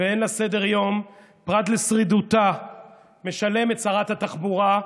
ואין לה סדר-יום פרט לשרידותה משלמת, שרת התחבורה,